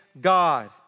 God